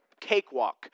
cakewalk